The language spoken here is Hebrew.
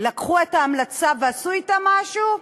לקחו הממשלות את ההמלצה ועשו אתה משהו?